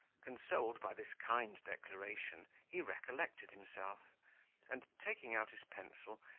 consoled by this kind declaration, he recollected himself and, taking out his pencil,